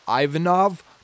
Ivanov